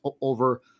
over